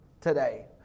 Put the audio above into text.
today